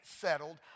settled